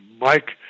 Mike